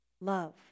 Love